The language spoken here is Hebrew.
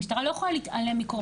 המשטרה לא יכולה להתעלם מקורבן שבא